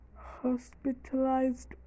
hospitalized